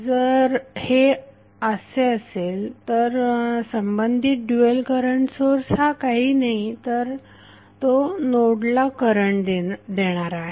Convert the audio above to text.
जर हे असे असेल तर संबंधित ड्युएल करंट सोर्स हा काहीही नाही तर तो नोडला करंट देणारा आहे